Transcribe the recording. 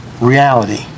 reality